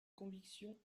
conviction